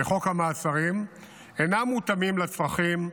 בחוק המעצרים אינם מותאמים לצרכים,